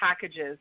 packages